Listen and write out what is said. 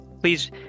please